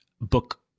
book